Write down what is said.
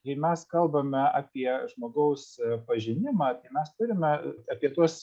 jei mes kalbame apie žmogaus pažinimą mes turime apie tuos